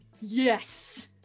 yes